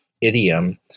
idiom